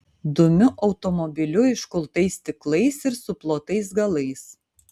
dumiu automobiliu iškultais stiklais ir suplotais galais